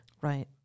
right